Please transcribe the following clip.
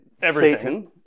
Satan